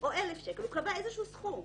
או 1,000 שקל, הוא קבע איזשהו סכום,